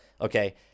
Okay